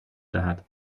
دهد